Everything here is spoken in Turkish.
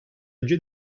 önce